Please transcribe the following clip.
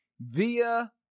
via